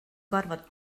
gorfod